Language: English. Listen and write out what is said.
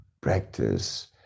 practice